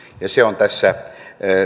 ja se on tässä